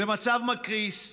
זה מצב מכעיס,